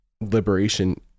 liberation